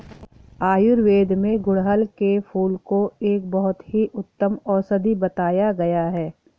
आयुर्वेद में गुड़हल के फूल को एक बहुत ही उत्तम औषधि बताया गया है